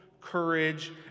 courage